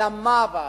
אלא מה הבעיה?